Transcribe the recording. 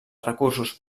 recursos